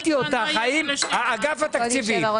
נציגת אגף התקציבים,